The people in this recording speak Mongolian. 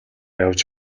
явж